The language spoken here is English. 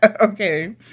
Okay